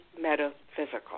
metaphysical